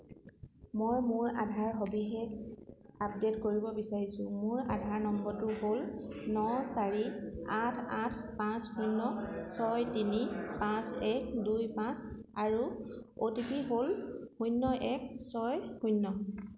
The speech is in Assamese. মই মোৰ আধাৰ সবিশেষ আপডে'ট কৰিব বিচাৰিছোঁ মোৰ আধাৰ নম্বৰটো হ'ল ন চাৰি আঠ আঠ পাঁচ শূন্য ছয় তিনি পাঁচ এক দুই পাঁচ আৰু অ' টি পি হ'ল শূন্য এক ছয় শূন্য